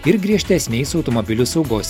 ir griežtesniais automobilių saugos reikalavimais